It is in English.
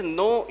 no